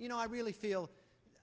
you know i really feel